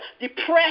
depressed